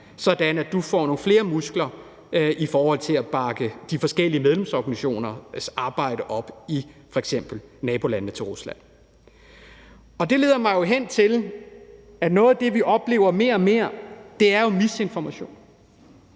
sådan at DUF får nogle flere muskler i forhold til at bakke de forskellige medlemsorganisationers arbejde op i f.eks. nabolandene til Rusland. Kl. 15:40 Det leder mig jo hen til, at vi oplever mere og mere misinformation.